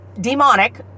demonic